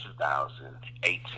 2018